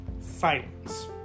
Silence